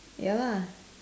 ya lah